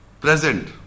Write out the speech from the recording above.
present